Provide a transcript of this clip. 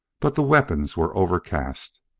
but the weapons were overcast,